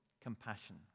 compassion